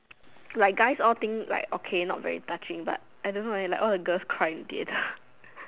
like guys all think like okay not very touching but I don't know like all the girls cry in theatre